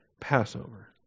Passover